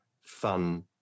fun